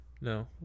No